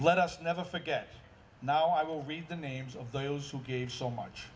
let us never forget now i will read the names of those who gave so much